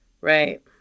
Right